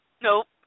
nope